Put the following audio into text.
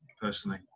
personally